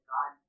God